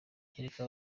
kereka